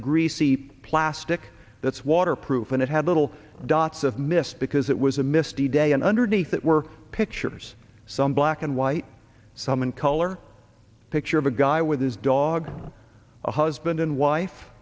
greasy plastic that's waterproof and it had little dots of mist because it was a misty day and underneath that were pictures some black and white some in color picture of a guy with his dog a husband and wife